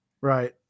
Right